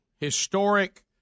historic